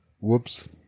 Whoops